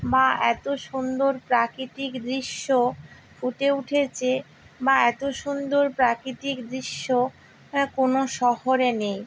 বা এত সুন্দর প্রাকৃতিক দৃশ্য ফুটে উঠেছে বা এত সুন্দর প্রাকৃতিক দৃশ্য কোনো শহরে নেই